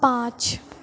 پانچ